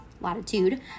latitude